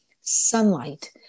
sunlight